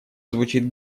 звучит